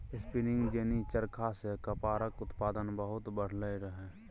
spinning jenny चरखा सँ कपड़ाक उत्पादन बहुत बढ़लै रहय